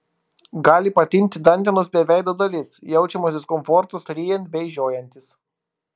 gali patinti dantenos bei veido dalis jaučiamas diskomfortas ryjant bei žiojantis